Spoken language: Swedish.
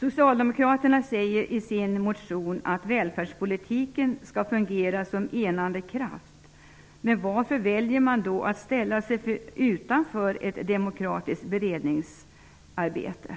Socialdemokraterna säger i sin motion att välfärdspolitiken skall fungera som en enande kraft. Varför väljer man då att ställa sig utanför ett demokratiskt beredningsarbete?